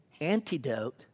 antidote